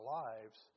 lives